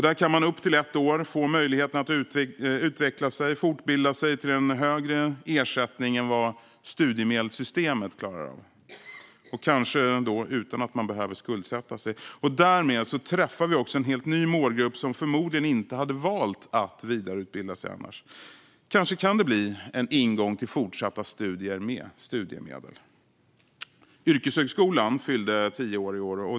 Där kan man i upp till ett års tid få möjligheten att utveckla sig eller fortbilda sig till en högre ersättning än vad studiemedelssystemet klarar av, kanske utan att man behöver skuldsätta sig. Därmed träffar vi också en helt ny målgrupp som förmodligen inte hade valt att vidareutbilda sig annars. Kanske kan det bli en ingång till fortsatta studier med studiemedel. Yrkeshögskolan fyllde tio år i år.